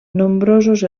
nombrosos